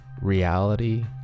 reality